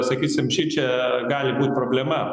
sakysim šičia gali būt problema